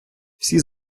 всі